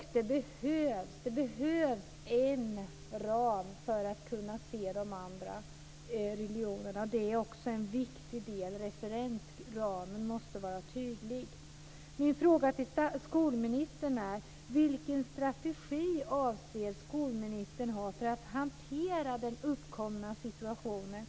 Det behövs en ram för att kunna se de andra religionerna. Det är också en viktig del. Referensramen måste vara tydlig. Min fråga till skolministern är: Vilken strategi avser skolministern ha för att hantera den uppkomna situationen?